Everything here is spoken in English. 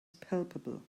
palpable